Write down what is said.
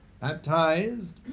Baptized